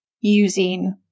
using